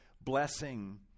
blessing